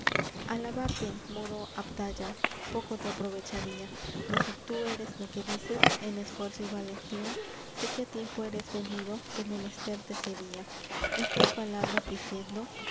moro abdalla poco te aprovecharía mas si tú eres lo que dices en esfuerzo y valentía sé que á tiempo eres venido que menester te sería estas palabras diciendo